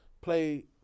play